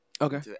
Okay